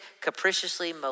capriciously